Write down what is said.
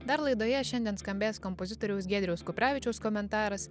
dar laidoje šiandien skambės kompozitoriaus giedriaus kuprevičiaus komentaras